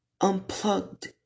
unplugged